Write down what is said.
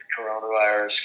coronavirus